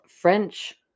French